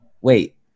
wait